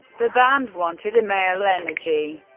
the band wanted a male energy.